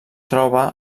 troba